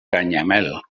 canyamel